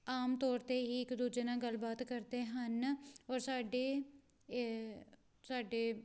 ਆਮ ਤੌਰ 'ਤੇ ਹੀ ਇੱਕ ਦੂਜੇ ਨਾਲ ਗੱਲਬਾਤ ਕਰਦੇ ਹਨ ਔਰ ਸਾਡੇ ਏ ਸਾਡੇ